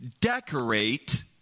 Decorate